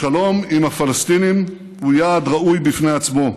השלום עם הפלסטינים הוא יעד ראוי בפני עצמו,